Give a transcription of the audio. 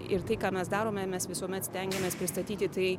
ir tai ką mes darome mes visuomet stengiamės pristatyti tai